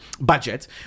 budget